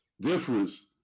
difference